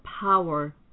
power